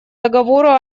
договора